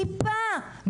טיפה,